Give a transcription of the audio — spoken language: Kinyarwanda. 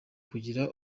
kugira